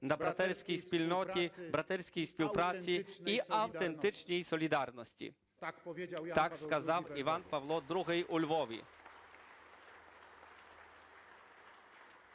на братерській спільноті, братерській співпраці і автентичній солідарності" – так сказав Іван Павло II у Львові.